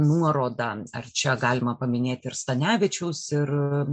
nuoroda ar čia galima paminėti ir stanevičiaus ir